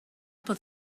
pot